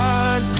God